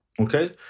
okay